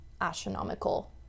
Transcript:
astronomical